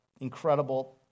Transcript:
incredible